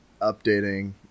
updating